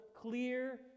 clear